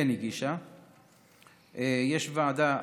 יש ועדה,